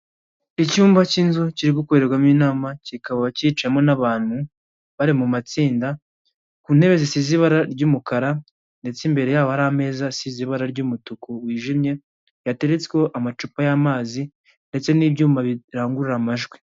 Icyumba cy'inzu kiri gukorerwamo inama, kikaba kicawemo n'abantu bari mu matsinda, ku ntebe zisize ibara ry'umukara, ndetse imbere yaho hari ameza asize ibara ry'umutuku wijimye, yatereretsweho amacupa y'amazi, ndetse n'ibyuma birangurura amajwi.